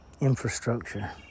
infrastructure